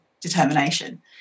determination